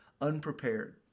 unprepared